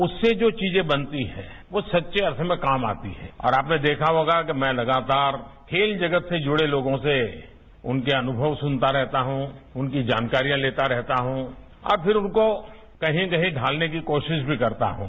उससे जो चीजें बनती हैं वो सच्चे अर्थ में काम आती हैं और आपने देखा होगा कि मैं लगातार खेल जगत से जुड़े लोगों से उनके अनुभव सुनता रहता हूं उनकी जानकारियों लेता रहता हूं और फिर उनको कहीं कहीं ढालने की कोशिश भी करता हूं